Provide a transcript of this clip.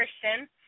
Christian